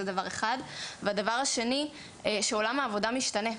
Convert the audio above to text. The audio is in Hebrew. ודבר נוסף, עולם העבודה משתנה.